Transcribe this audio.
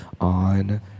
on